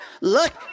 Look